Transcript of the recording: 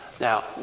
Now